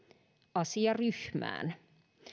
asiaryhmään